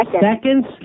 Seconds